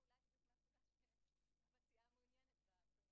היום ה-20 לנובמבר 2018, י"ב בכסלו התשע"ט,